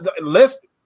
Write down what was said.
list